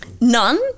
None